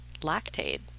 lactate